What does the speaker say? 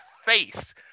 Face